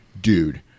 dude